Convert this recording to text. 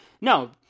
No